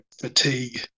fatigue